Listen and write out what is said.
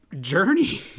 journey